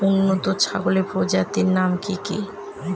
উন্নত ছাগল প্রজাতির নাম কি কি?